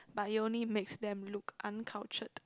but it only makes them look uncultured